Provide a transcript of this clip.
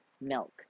milk